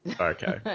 Okay